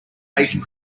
asian